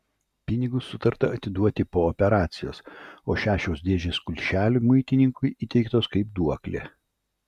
pinigus sutarta atiduoti po operacijos o šešios dėžės kulšelių muitininkui įteiktos kaip duoklė